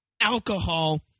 alcohol